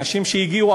אנשים שהגיעו,